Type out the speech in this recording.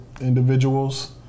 individuals